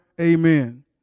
Amen